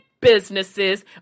businesses